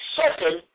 second